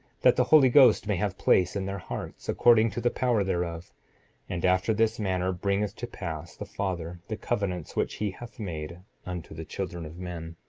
that the holy ghost may have place in their hearts, according to the power thereof and after this manner bringeth to pass the father, the covenants which he hath made unto the children of men.